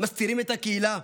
מסתירים את הקהילה?